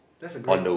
that's a great